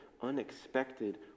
unexpected